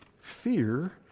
fear